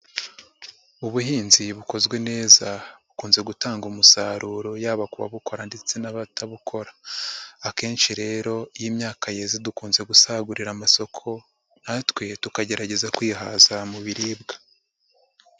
Ubuhinzi bukozwe neza bukunze gutanga umusaruro yaba ku babukora ndetse n'abatabukora, akenshi rero iyo imyaka yeze dukunze gusagurira amasoko natwe tukagerageza kwihaza mu biribwa.